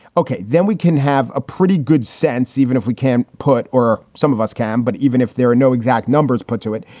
ok, then we can have a pretty good sense, even if we can't put or some of us can. but even if there are no exact numbers put to it,